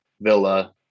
Villa